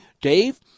Dave